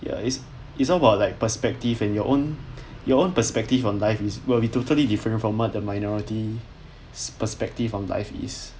ya is is all about like perspective and your own your own perspective on the life is will be totally different from what the minority perspective on life is